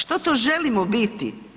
Što to želimo biti?